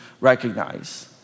recognize